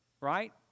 right